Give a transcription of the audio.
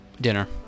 dinner